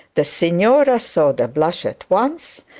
the signora saw the blush at once,